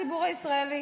הציבור הישראלי